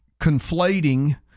conflating